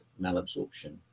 malabsorption